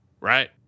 Right